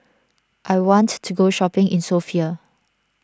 I want to go shopping in Sofia